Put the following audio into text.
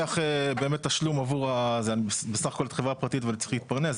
אני בסך הכול חברה פרטית ואני צריך להתפרנס.